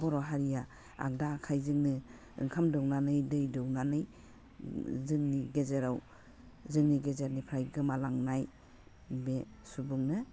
बर' हारिया आग्दा आखाइजोंनो ओंखाम दौनानै दै दौनानै जोंनि गेजेराव जोंनि गेजेरनिफ्राय गोमालांनाय बे सुबुंनो